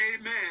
Amen